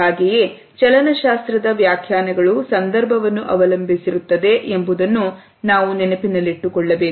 ಹಾಗೆಯೇ ಚಲನಶಾಸ್ತ್ರದ ವ್ಯಾಖ್ಯಾನಗಳು ಸಂದರ್ಭವನ್ನು ಅವಲಂಬಿಸಿರುತ್ತದೆ ಎಂಬುದನ್ನು ನಾವು ನೆನಪಿನಲ್ಲಿಟ್ಟುಕೊಳ್ಳಬೇಕು